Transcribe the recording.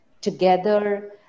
together